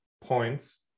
points